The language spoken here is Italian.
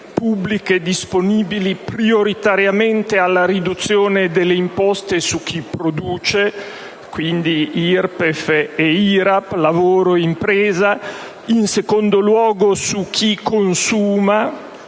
pubbliche disponibili prioritariamente alla riduzione delle imposte su chi produce (IRPEF e IRAP, lavoro e impresa), in secondo luogo su chi consuma